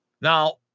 now